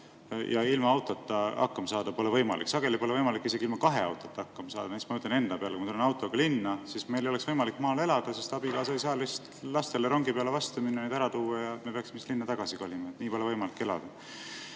ja ilma autota hakkama saada pole võimalik. Sageli pole võimalik isegi ilma kahe autota hakkama saada, ma mõtlen enda peale. Kui ma tulen [ainsa] autoga linna, siis meil ei oleks võimalik maal elada, sest abikaasa ei saa lihtsalt lastele rongi peale vastu minna ja nad ära tuua ning me peaksime siis linna tagasi kolima. Nii pole võimalik elada.